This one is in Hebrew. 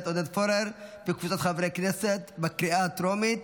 עודד פורר וקבוצת חברי הכנסת בקריאה הטרומית.